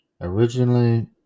originally